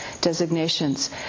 designations